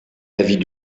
l’avis